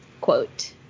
quote